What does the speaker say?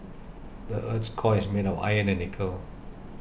the earth's core is made of iron and nickel